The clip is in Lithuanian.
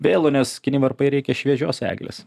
vėlu nes kinivarpai reikia šviežios eglės